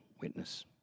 witness